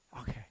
Okay